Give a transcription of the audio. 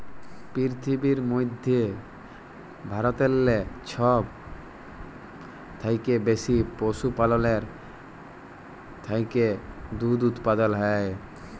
পিরথিবীর মইধ্যে ভারতেল্লে ছব থ্যাইকে বেশি পশুপাললের থ্যাইকে দুহুদ উৎপাদল হ্যয়